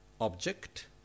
Object